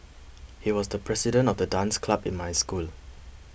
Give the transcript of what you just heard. he was the president of the dance club in my school